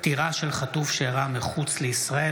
(פטירה של חטוף שאירעה מחוץ לישראל),